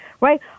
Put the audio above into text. Right